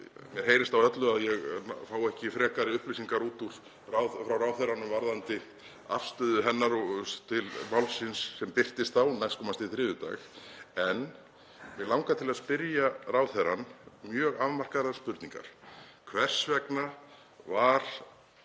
Mér heyrist á öllu að ég fái ekki frekari upplýsingar frá ráðherranum varðandi afstöðu hennar til málsins sem birtist næstkomandi þriðjudag en mig langar til að spyrja ráðherrann mjög afmarkaðrar spurningar: Hvers vegna var